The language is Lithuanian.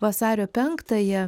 vasario penktąją